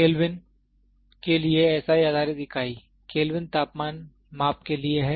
kelvin के लिए SI आधारित इकाई केल्विन तापमान माप के लिए है